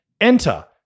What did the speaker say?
Enter